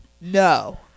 no